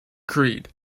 creed